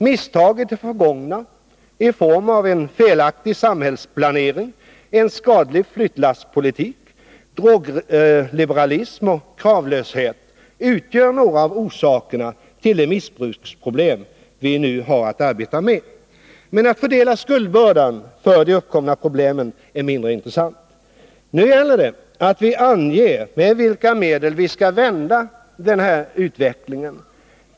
Misstag i det förgångna i form av en felaktig samhällsplanering, en skadlig flyttlasspolitik, drogliberalism och kravlöshet utgör några av orsakerna till de missbruksproblem vi nu har att arbeta med. Men att fördela skuldbördan för de uppkomna problemen är mindre intressant. Nu gäller det att vi anger med vilka medel vi skall vända utvecklingen.